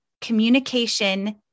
communication